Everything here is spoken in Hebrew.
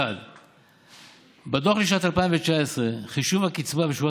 1. בדוח לשנת 2019 חישוב הקצבה ושיעורי